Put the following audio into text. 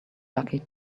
lucky